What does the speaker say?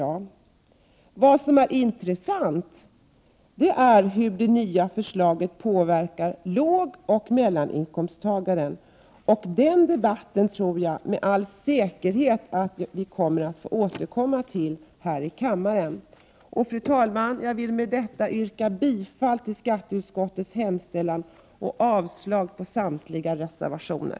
Vad som är intressant är hur det nya förslaget påverkar lågoch mellaninkomsttagarna, och denna debatt får vi helt säkert återkomma till här i kammaren. Fru talman! Jag vill med detta yrka bifall till skatteutskottets hemställan och avslag på samtliga reservationer.